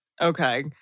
Okay